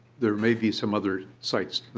there may be some other sites.